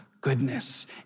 goodness